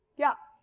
yeah,